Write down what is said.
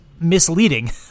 misleading